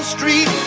Street